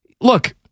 look